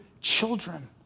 children